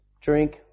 drink